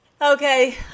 Okay